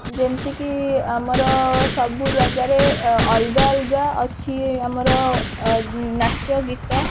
ଯେମିତିକି ଆମର ସବୁ ଜାଗାରେ ଅଲଗା ଅଲଗା ଅଛି ଆମର ନାଚ ଗୀତ